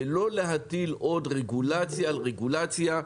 ולא להטיל עוד רגולציה על רגולציה.